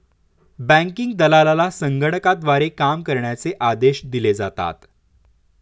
banking दलालाला संगणकाद्वारे काम करण्याचे आदेश दिले जातात